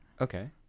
Okay